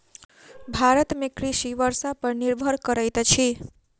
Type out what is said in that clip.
भारत में कृषि वर्षा पर निर्भर करैत अछि